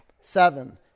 seven